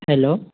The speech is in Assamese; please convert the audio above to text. হেল্ল'